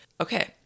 Okay